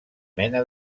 mena